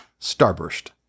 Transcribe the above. Starburst